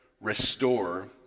restore